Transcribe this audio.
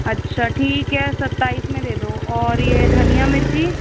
अच्छा ठीक है सत्ताईस में दे दो और यह धनिया मिर्ची